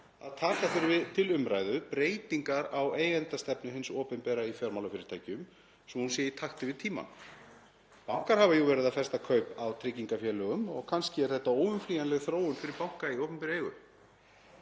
að taka þurfi til umræðu breytingar á eigendastefnu hins opinbera í fjármálafyrirtækjum svo hún sé í takti við tímann? Bankar hafa jú verið að festa kaup á tryggingafélögum og kannski er þetta óumflýjanleg þróun fyrir banka í opinberri eigu?